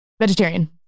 vegetarian